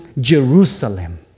Jerusalem